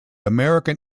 american